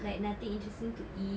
like nothing interesting to eat